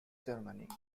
germany